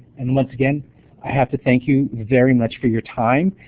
and once again i have to thank you very much for your time,